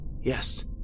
Yes